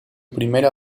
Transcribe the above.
primera